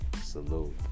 Salute